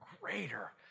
greater